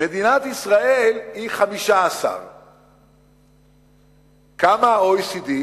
מדינת ישראל היא 15%. כמה ה-OECD?